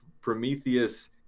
Prometheus